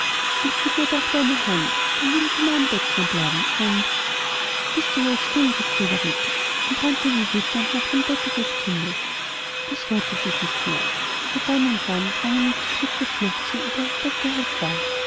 oder gib mir nur deine hand dann will ich in meinem bettchen bleiben und bist du wohl still rief friederike und rannte wie wütend nach dem bette des kindes es rührte sich nicht mehr nur dann und wann drang ein unterdrücktes schluchzen unter der decke hervor